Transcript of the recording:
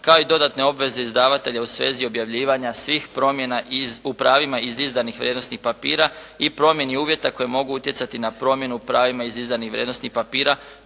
kao i dodatne obveze izdavatelja u svezi objavljivanja svih promjena u pravima iz izdanih vrijednosnih papira i promjeni uvjeta koji mogu utjecati na promjenu u pravima iz izdanih vrijednosnih papira